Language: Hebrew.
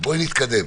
בואי נתקדם.